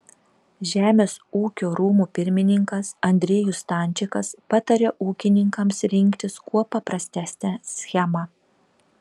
žemės ūkio rūmų pirmininkas andriejus stančikas patarė ūkininkams rinktis kuo paprastesnę schemą